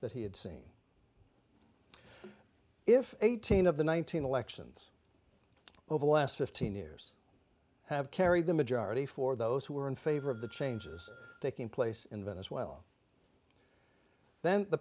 that he had seen if eighteen of the one thousand elections over the last fifteen years have carried the majority for those who are in favor of the changes taking place in venice well then the